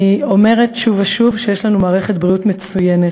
אני אומרת שוב ושוב שיש לנו מערכת בריאות מצוינת.